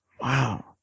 Wow